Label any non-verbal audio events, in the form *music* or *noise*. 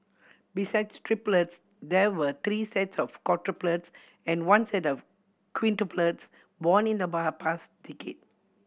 besides triplets there were three sets of quadruplets and one set of quintuplets born in the *unintelligible* half past decade